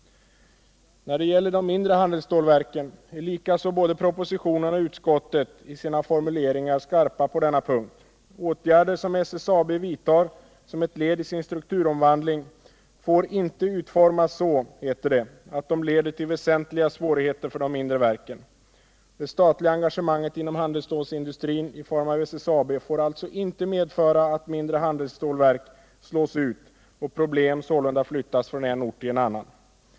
När det gäller de mindre handelsstålverken är likaså både propositionen och utskottsbetänkandet i sina formuleringar skarpa på denna punkt. Åtgärder som SSAB vidtar som ett led i sin strukturomvandling får inte utformas så, heter det, att de leder till väsentliga svårigheter för de mindre verken. Det statliga engagemanget inom handelsstålsindustrin i form av SSAB får alltså inte medföra att mindre handelsstålverk slås ut och problem sålunda flyttas från en ort till en annan.